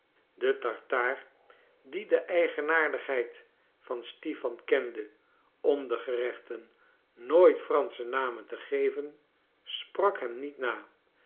de tartaar die de eigenaardigheid van stipan kende om de gerechten nooit fransche namen te geven sprak hem niet na